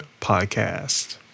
podcast